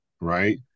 right